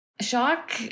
Shock